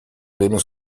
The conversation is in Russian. время